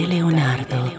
Leonardo